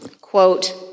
Quote